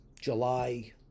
July